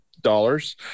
dollars